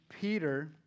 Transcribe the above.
Peter